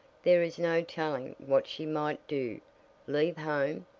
there is no telling what she might do leave home,